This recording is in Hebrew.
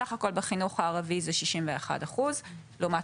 סך הכול בחינוך הערבי זה 61% לעומת,